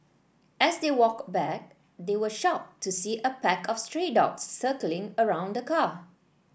as they walked back they were shocked to see a pack of stray dogs circling around the car